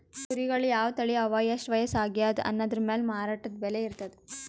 ಕುರಿಗಳ್ ಯಾವ್ ತಳಿ ಅವಾ ಎಷ್ಟ್ ವಯಸ್ಸ್ ಆಗ್ಯಾದ್ ಅನದ್ರ್ ಮ್ಯಾಲ್ ಮಾರಾಟದ್ ಬೆಲೆ ಇರ್ತದ್